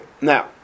now